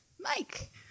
Mike